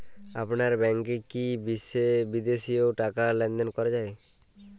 আপনার ব্যাংকে কী বিদেশিও টাকা লেনদেন করা যায়?